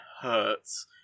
hurts